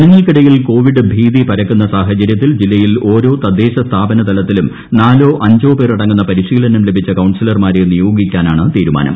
ജനങ്ങൾക്കിടയിൽ കൊവിഡ് ഭീതി പരക്കുന്ന സാഹചര്യത്തിൽ ജില്ലയിൽ ഓരോ തദ്ദേശ സ്ഥാപനതലത്തിലും നാലോ അഞ്ചോ പേർ അടങ്ങുന്ന കൌൺസലർമാരെ പരിശീലനം ലഭിച്ചു നിയോഗിക്കാനാണ് തീരുമാനം